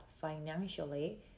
financially